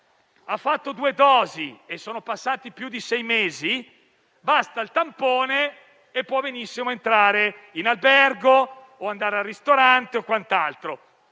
ha fatto due dosi di vaccino da più di sei mesi, basta il tampone e può benissimo entrare in albergo o andare al ristorante. Il cittadino